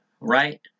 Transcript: right